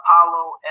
Apollo